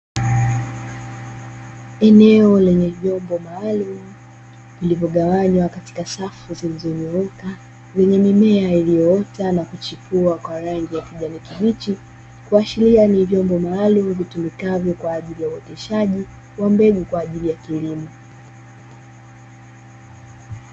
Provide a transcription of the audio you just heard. Eneo lenye vyombo maalumu vilivyogawanywa katika safu zilizonyooka lenye mimea iliyoota na kuchipua kwa rangi ya kijani kibichi, kuashiria ni vyombo maalumu vitumikavyo kwa ajili ya uoteshaji wa mbegu kwa ajili ya kilimo.